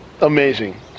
Amazing